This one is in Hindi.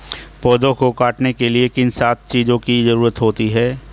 पौधों को बढ़ने के लिए किन सात चीजों की जरूरत होती है?